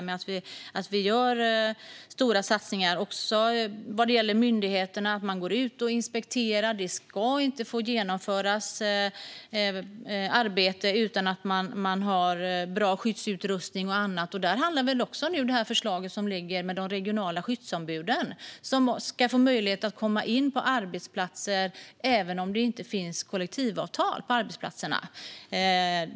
Men vi gör stora satsningar vad gäller myndigheterna. Man går ut och inspekterar. Det ska inte få genomföras arbete utan att man har bra skyddsutrustning och annat. Det handlar också om det förslag som nu ligger med de regionala skyddsombuden. De ska få möjlighet att komma in på arbetsplatser även om det inte finns kollektivavtal på arbetsplatserna.